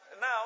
Now